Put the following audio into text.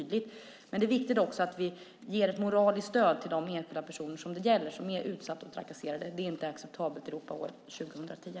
Samtidigt är det viktigt att vi ger moraliskt stöd till de enskilda personer som det gäller, de som är utsatta och trakasserade. Det är inte acceptabelt i Europa år 2010.